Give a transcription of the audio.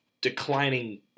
declining